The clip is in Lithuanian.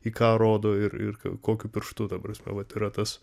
į ką rodo ir ir kokiu pirštu ta prasme vat yra tas